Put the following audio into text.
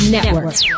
Network